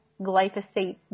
glyphosate